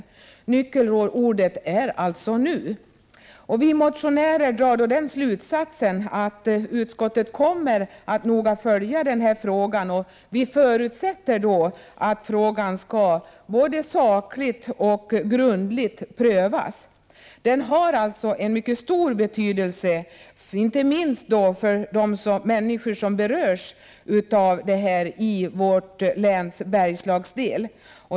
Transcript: Nyckelordet är alltså ”nu”. Vi motionärer drar då den slutsatsen att utskottet noga kommer att följa frågan. Vi förutsätter att frågan skall både sakligt och grundligt prövas. Den har alltså mycket stor betydelse inte minst för de människor som berörs av detta i vårt läns bergslagsdel.